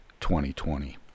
2020